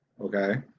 okay